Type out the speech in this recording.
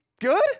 good